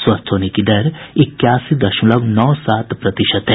स्वस्थ होने की दर इक्यासी दशमलव नौ सात प्रतिशत है